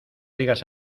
digas